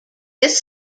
this